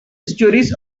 stories